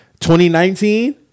2019